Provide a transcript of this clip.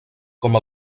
com